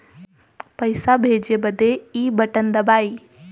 पइसा भेजे बदे ई बटन दबाई